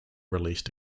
released